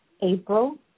April